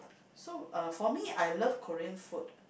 so uh for me I love Korean food